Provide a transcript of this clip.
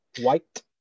White